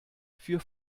für